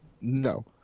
no